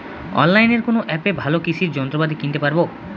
অনলাইনের কোন অ্যাপে ভালো কৃষির যন্ত্রপাতি কিনতে পারবো?